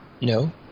No